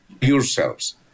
yourselves